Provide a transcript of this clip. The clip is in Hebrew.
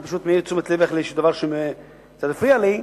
אני פשוט מעיר לתשומת לבך לאיזה דבר שקצת מפריע לי,